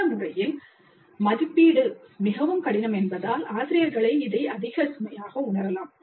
இந்த முறையில் மதிப்பீடு மிகவும் கடினம் என்பதால் ஆசிரியர்களே இதை அதிக சுமையாகக் உணரலாம்